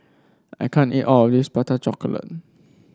I can't eat all of this Prata Chocolate